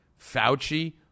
Fauci